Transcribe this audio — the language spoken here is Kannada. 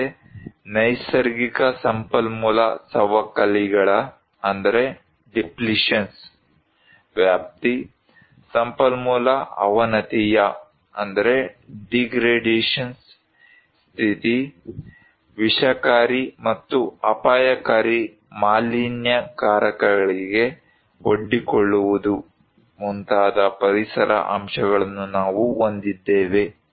ಅಲ್ಲದೆ ನೈಸರ್ಗಿಕ ಸಂಪನ್ಮೂಲ ಸವಕಳಿಗಳ ವ್ಯಾಪ್ತಿ ಸಂಪನ್ಮೂಲ ಅವನತಿಯ ಸ್ಥಿತಿ ವಿಷಕಾರಿ ಮತ್ತು ಅಪಾಯಕಾರಿ ಮಾಲಿನ್ಯಕಾರಕಗಳಿಗೆ ಒಡ್ಡಿಕೊಳ್ಳುವುದು ಮುಂತಾದ ಪರಿಸರ ಅಂಶಗಳನ್ನು ನಾವು ಹೊಂದಿದ್ದೇವೆ